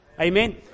amen